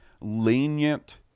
lenient